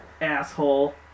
asshole